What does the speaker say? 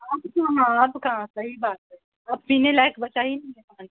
اب تو ہاں اب کہاں صحیح بات ہے اب پینے لائق بچا ہی نہیں ہے پانی